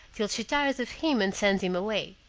till she tires of him and sends him away.